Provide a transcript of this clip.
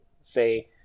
Say